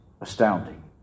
astounding